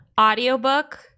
audiobook